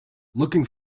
looking